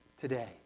today